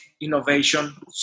innovation